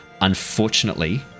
unfortunately